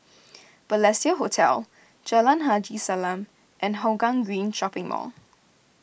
Balestier Hotel Jalan Haji Salam and Hougang Green Shopping Mall